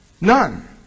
None